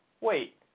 wait